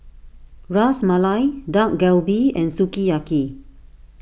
Ras Malai Dak Galbi and Sukiyaki